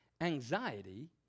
Anxiety